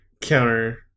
Counter